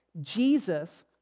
Jesus